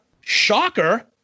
Shocker